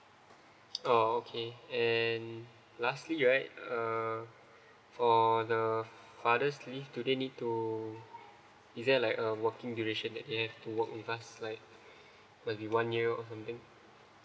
oh okay and lastly right uh for the father's leave do they need to is there like um working duration that they have to work with us like maybe one year or something